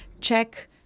check